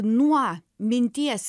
nuo minties